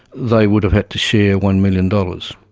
they would have had to share one million dollars,